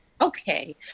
Okay